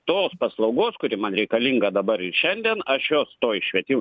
tos paslaugos kuri man reikalinga dabar ir šiandien aš jos toj švietimo